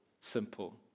simple